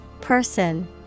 Person